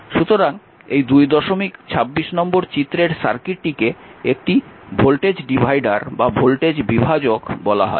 সুতরাং এই 226 নম্বর চিত্রের সার্কিটটিকে একটি ভোল্টেজ বিভাজক বলা হয়